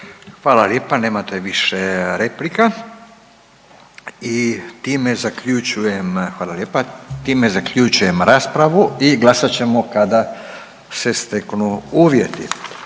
zaključujem, hvala lijepa. Time zaključujem raspravu i glasat ćemo kada se steknu uvjeti.